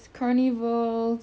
you know health is wealth